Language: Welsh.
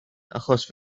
achos